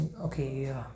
okay